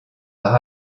par